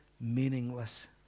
meaningless